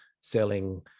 selling